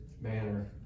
manner